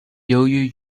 由于